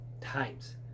times